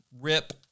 Rip